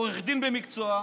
עורכת דין במקצועה,